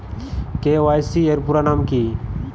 KYC এর পুরোনাম কী?